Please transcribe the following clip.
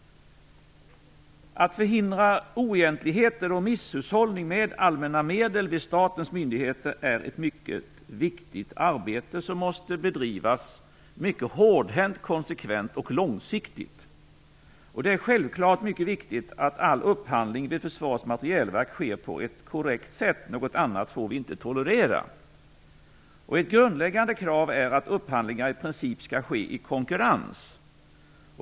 Att förhindra oegentligheter och misshushållning med allmänna medel vid statens myndigheter är ett mycket viktigt arbete. Det måste bedrivas mycket hårdhänt, konsekvent och långsiktigt. Självfallet är det mycket viktigt att all upphandling vid Försvarets materielverk sker på ett korrekt sätt. Något annat får vi inte tolerera. Ett grundläggande krav är att upphandlingar i princip skall ske i konkurrens.